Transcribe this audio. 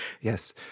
yes